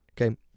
okay